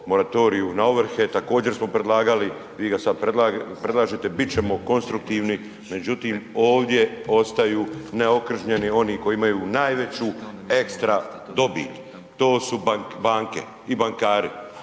moratoriju na ovrhe, također smo predlagali, vi ga sad predlažete, bit ćemo konstruktivni, međutim ovdje ostaju neokržnjeni oni koji imaju najveću ekstra dobit. To su banke i bankari.